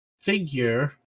figure